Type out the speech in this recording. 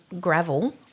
gravel